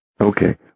Okay